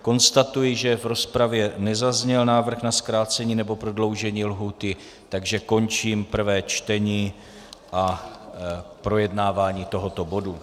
Konstatuji, že v rozpravě nezazněl návrh na zkrácení nebo prodloužení lhůty, takže končím prvé čtení a projednávání tohoto bodu.